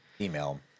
Email